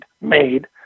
made